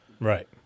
Right